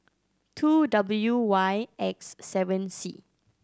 two W Y X seven C